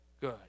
good